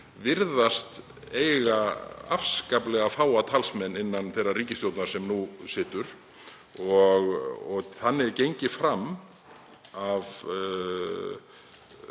virðast eiga afskaplega fáa talsmenn innan þeirrar ríkisstjórnar sem nú situr. Þannig er gengið fram af